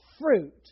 fruit